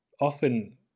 often